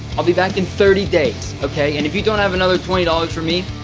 i'll be back in thirty days. okay. and if you don't have another twenty dollars for me